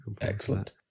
Excellent